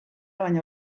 baino